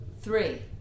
Three